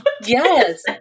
Yes